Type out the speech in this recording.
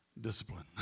discipline